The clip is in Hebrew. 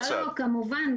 לא, כמובן.